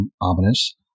ominous